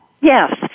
Yes